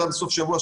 זה היה בסוף שבוע,